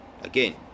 Again